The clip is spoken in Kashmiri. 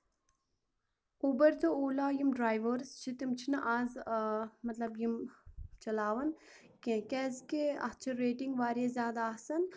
اُبر تہٕ اُلا یِم ڈریوٲرٕس چھِ تِم چھِنہٕ آز آ مطلب یِم چَلاوَان کیٚنہہ کیازِ کہِ اتھ چھِ ریٹِنگ واریاہ زیادٕ آسان